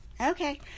Okay